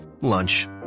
Lunch